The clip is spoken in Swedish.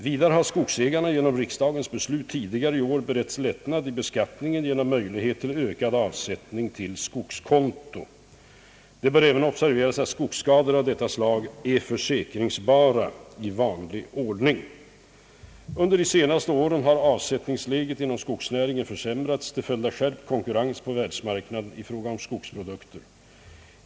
Vidare har skogsägarna genom riksdagens beslut tidigare i år beretts lättnad i beskattningen genom möjlighet till ökad avsättning till skogskonto. Det bör även observeras att skogsskador av detta slag är försäkringsbara i vanlig ordning. Under de senaste åren har avsättningsläget inom skogsnäringen försämrats till följd av skärpt konkurrens på världsmarknaden i fråga om skogsprodukter.